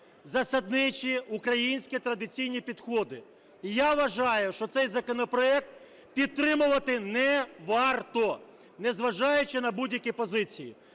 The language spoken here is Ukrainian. засадничі українські традиційні підходи. І я вважаю, що цей законопроект підтримувати не варто, незважаючи на будь-які позиції.